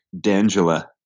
D'Angela